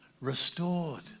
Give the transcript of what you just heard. restored